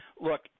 Look